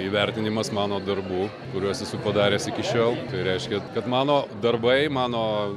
įvertinimas mano darbų kuriuos esu padaręs iki šiol tai reiškia kad mano darbai mano